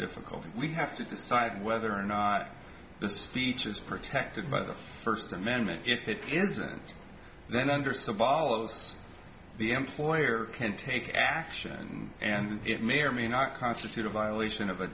difficulty we have to decide whether or not the speech is protected by the first amendment if it isn't then under some follows the employer can take action and it may or may not constitute a violation of a